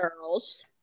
girls